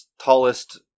tallest